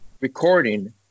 recording